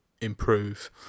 improve